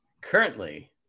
Currently